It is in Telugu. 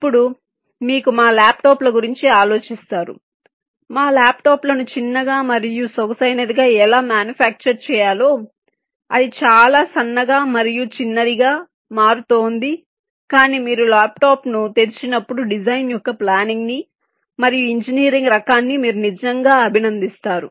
ఇప్పుడు మీరు మా ల్యాప్టాప్ల గురించి ఆలోచిస్తారు మా ల్యాప్టాప్లను చిన్నగా మరియు సొగసైనదిగా ఎలా మ్యానుఫ్యాక్చర్ చేయాలో అది చాలా సన్నగా మరియు చిన్నదిగా మారుతోంది కానీ మీరు ల్యాప్టాప్ను తెరిచినప్పుడు డిజైన్ యొక్క ప్లానింగ్ ని మరియు ఇంజనీరింగ్ రకాన్ని మీరు నిజంగా అభినందిస్తారు